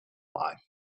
life